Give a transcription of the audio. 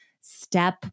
step